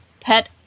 pet